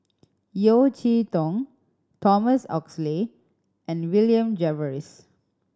Yeo Cheow Tong Thomas Oxley and William Jervois